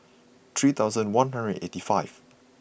three thousand one hundred eighty five